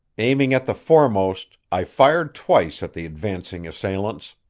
aiming at the foremost i fired twice at the advancing assailants.